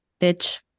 Bitch